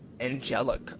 Angelic